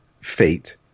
fate